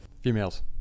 Females